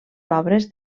obres